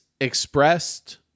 expressed